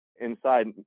inside